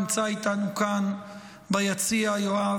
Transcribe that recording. נמצא איתנו כאן ביציע יואב,